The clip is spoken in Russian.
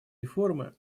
реформы